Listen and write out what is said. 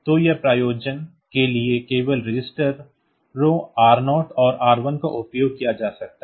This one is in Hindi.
तो इस प्रयोजन के लिए केवल रजिस्टरों R0 और R1 का उपयोग किया जा सकता है